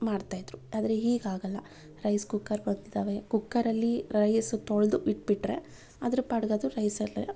ಮಾಡ್ತಾ ಇದ್ದರು ಆದರೆ ಈಗ ಹಾಗಲ್ಲ ರೈಸ್ ಕುಕ್ಕರ್ ಬಂದಿದಾವೆ ಕುಕ್ಕರಲ್ಲಿ ರೈಸ್ ತೊಳೆದು ಇಟ್ಬಿಟ್ರೆ ಅದರ ಪಾಡಿಗದು ರೈಸಲ್ಲೇ